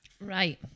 Right